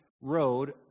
road